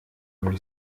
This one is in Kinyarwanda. muri